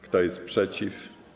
Kto jest przeciw?